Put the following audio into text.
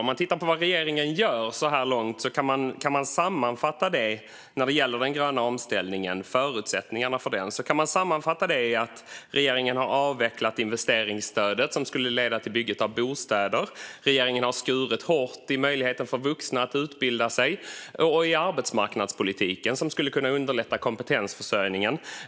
Om man tittar på vad regeringen gör så här långt när det gäller förutsättningarna för den gröna omställningen kan man sammanfatta det så här: Regeringen har avvecklat investeringsstödet som skulle leda till bygget av bostäder. Regeringen har skurit hårt i möjligheterna för vuxna att utbilda sig och i arbetsmarknadspolitiken som skulle kunna underlätta kompetensförsörjningen.